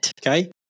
Okay